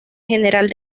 general